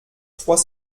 trois